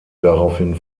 daraufhin